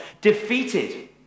defeated